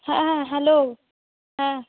হ্যাঁ হ্যাঁ হ্যালো হ্যাঁ